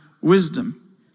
wisdom